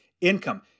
income